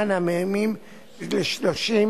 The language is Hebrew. במהלך הדיונים החליטה הוועדה להאריך את המועד להגשת הערר ל-45